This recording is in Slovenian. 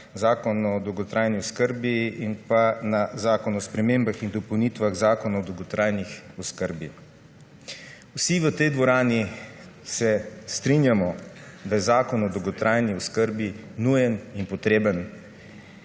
Zakon o dolgotrajni oskrbi in na zakon o spremembah in dopolnitvah Zakona o dolgotrajni oskrbi. Vsi v tej dvorani se strinjamo, da je zakon o dolgotrajni oskrbi nujen in potreben.